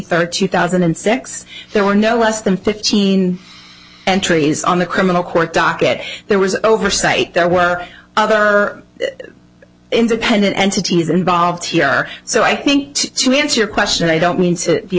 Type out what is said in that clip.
third two thousand and six there were no less than fifteen entries on the criminal court docket there was oversight there were other independent entities involved here so i think to answer your question i don't mean to be